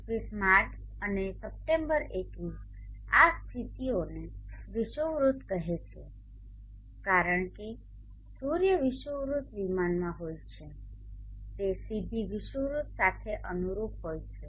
21 March અને September 21 આ સ્થિતિઓને વિષુવવૃત્ત કહેવામાં આવે છે કારણ કે સૂર્ય વિષુવવૃત્ત વિમાનમાં હોય છે તે સીધી વિષુવવૃત્ત સાથે અનુરૂપ હોય છે